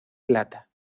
plata